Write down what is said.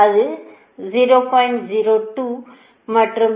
அது 0